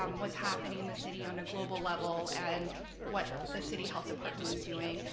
um what's happening in the city on a global level and what the city health department is doing.